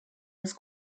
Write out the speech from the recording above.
was